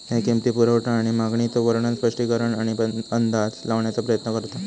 ह्या किंमती, पुरवठा आणि मागणीचो वर्णन, स्पष्टीकरण आणि अंदाज लावण्याचा प्रयत्न करता